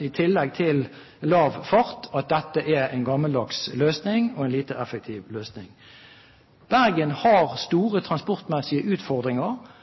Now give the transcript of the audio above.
i tillegg til lav fart, at dette er en gammeldags løsning og en lite effektiv løsning. Bergen har store transportmessige utfordringer.